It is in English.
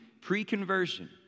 pre-conversion